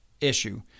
issue